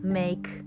make